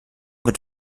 wird